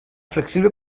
flexible